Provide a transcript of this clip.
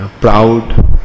proud